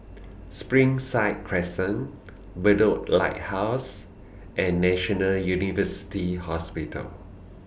Springside Crescent Bedok Lighthouse and National University Hospital